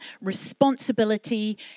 responsibility